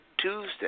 Tuesday